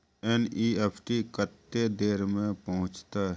NEFT कत्ते देर में पहुंचतै?